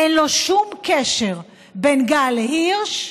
אין שום קשר בין גל הירש,